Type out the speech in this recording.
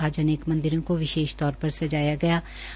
आज अनेक मंदिरों को विशेष तौर पर सजाया गया है